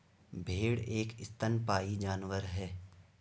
भेड़ एक स्तनपायी जानवर है